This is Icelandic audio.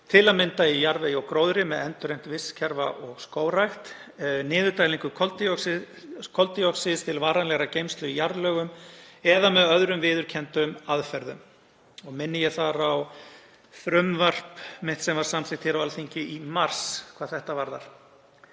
eins og t.d. í jarðvegi og gróðri með endurheimt vistkerfa og skógrækt, niðurdælingu koldíoxíðs til varanlegrar geymslu í jarðlögum eða með öðrum viðurkenndum aðferðum. Minni ég þar á frumvarp mitt sem var samþykkt á Alþingi í mars hvað þetta varðar.